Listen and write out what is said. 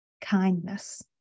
kindness